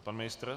Pan ministr?